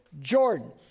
Jordan